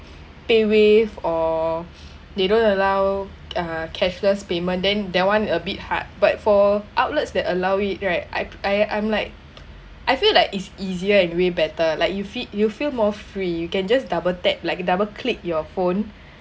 PayWave or they don't allow uh cashless payment then that one a bit hard but for outlets that allow it right I I I'm like I feel like it's easier and way better like you feel you feel more free you can just double tap like double click your phone